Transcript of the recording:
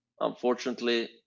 Unfortunately